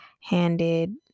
handed